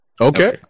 Okay